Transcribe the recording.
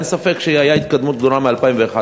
אין ספק שהייתה התקדמות גדולה מ-2011,